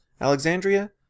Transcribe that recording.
Alexandria